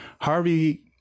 Harvey